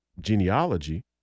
genealogy